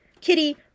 Kitty